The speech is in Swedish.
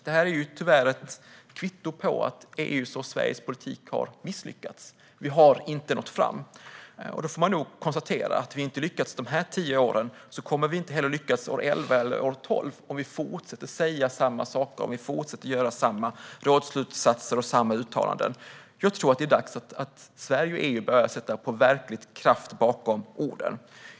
Detta är tyvärr ett kvitto på att EU:s och Sveriges politik har misslyckats. Vi har inte nått fram. Då får man nog konstatera följande: Om vi inte har lyckats under de här tio åren kommer vi inte heller att lyckas år elva eller tolv om vi fortsätter att säga samma saker - om vi fortsätter komma med samma rådsslutsatser och göra samma uttalanden. Jag tror att det är dags att Sverige och EU börjar sätta verklig kraft bakom orden.